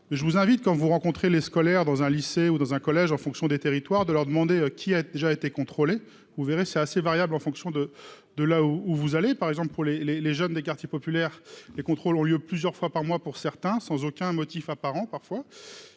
je vous invite, quand vous rencontrez les scolaire dans un lycée ou dans un collège en fonction des territoires de leur demander qui a déjà été contrôlé, vous verrez, c'est assez variable en fonction de, de là où vous allez, par exemple pour les, les, les jeunes des quartiers populaires, les contrôles ont lieu plusieurs fois par mois pour certains sans aucun motif apparent parfois